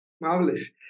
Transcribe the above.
Marvelous